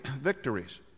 victories